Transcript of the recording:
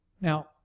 Now